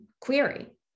query